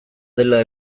dela